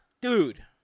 Dude